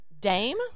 dame